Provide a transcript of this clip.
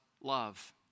love